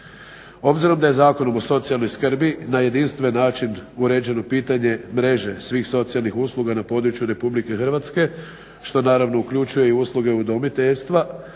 Obzirom da je Zakonom o socijalnoj skrbi na jedinstven način uređeno pitanje mreže svih socijalnih usluga na području RH što naravno uključuje i usluge udomiteljstva